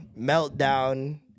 meltdown